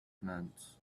meant